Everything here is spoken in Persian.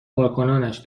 کارکنانش